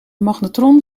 magnetron